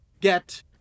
Get